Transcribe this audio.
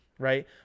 right